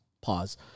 pause